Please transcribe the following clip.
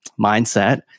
mindset